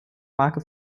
marke